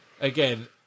Again